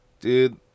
Dude